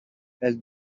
elles